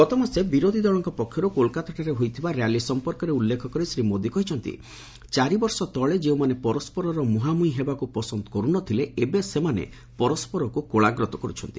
ଗତମାସରେ ବିରୋଧୀ ଦଳଙ୍କ ପକ୍ଷରୁ କୋଲକାତାଠାରେ ହୋଇଥିବା ର୍ୟାଲି ସମ୍ପର୍କରେ ଉଲ୍ଲେଖ କରି ଶ୍ରୀ ମୋଦି କହିଛନ୍ତି ଚାରି ବର୍ଷ ତଳେ ଯେଉଁମାନେ ପରସରର ମୁହାଁମୁହିଁ ହେବାକୁ ପସନ୍ଦ କରୁନଥିଲେ ଏବେ ସେମାନେ ପରସ୍କରକୁ କୋଳାଗ୍ରତ କରୁଛନ୍ତି